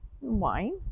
wine